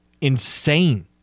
insane